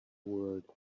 world